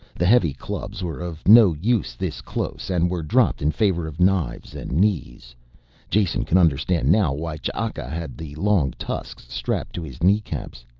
the heavy clubs were of no use this close and were dropped in favor of knives and knees jason could understand now why ch'aka had the long tusks strapped to his kneecaps.